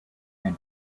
and